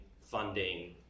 funding